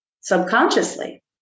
subconsciously